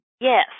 Yes